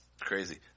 crazy